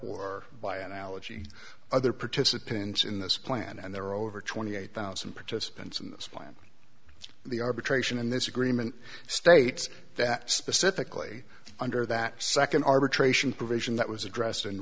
or by analogy other participants in this plan and there are over twenty eight thousand participants in this plan the arbitration in this agreement states that specifically under that second arbitration provision that was address